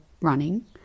running